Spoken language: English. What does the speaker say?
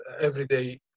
everyday